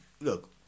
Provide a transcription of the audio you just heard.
look